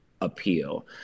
appeal